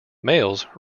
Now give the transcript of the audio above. males